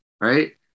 right